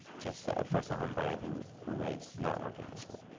just a first-time homebuyer who who is not working in the school.